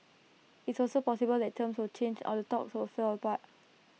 it's also possible that terms will change or the talks will fall apart